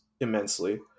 immensely